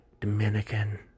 Dominican